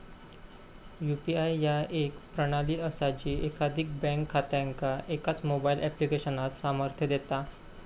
UPI ह्या एक प्रणाली असा जी एकाधिक बँक खात्यांका एकाच मोबाईल ऍप्लिकेशनात सामर्थ्य देता